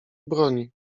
broni